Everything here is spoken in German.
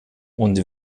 und